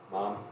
Mom